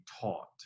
taught